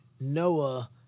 Noah